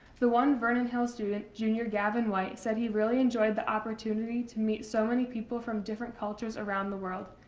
the one vernon hills' student, junior gavin whites, said he really enjoyed the opportunity to meet so many people from different cultures around the world.